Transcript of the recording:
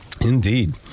Indeed